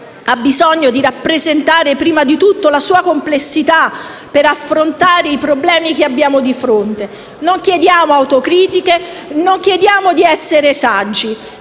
ha bisogno di rappresentare, prima di tutto, la sua complessità per affrontare i problemi che abbiamo di fronte? Non chiediamo autocritiche o di essere saggi.